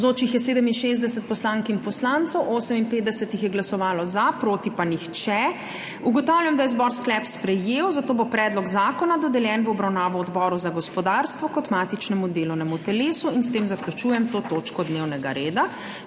Navzočih je 67 poslank in poslancev, 58 jih je glasovalo za, proti pa nihče. (Za je glasovalo 58.) (Proti nihče.) Ugotavljam, da je zbor sklep sprejel, zato bo predlog zakona dodeljen v obravnavo Odboru za gospodarstvo kot matičnemu delovnemu telesu. S tem zaključujem to točko dnevnega reda.